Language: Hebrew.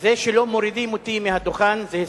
זה שלא מורידים אותי מהדוכן זה הישג.